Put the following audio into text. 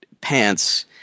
pants